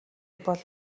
бол